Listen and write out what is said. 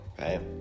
right